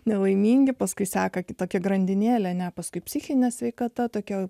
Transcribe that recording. nelaimingi paskui seka kitokia grandinėlė ne paskui psichinė sveikata tokia